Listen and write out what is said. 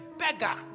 beggar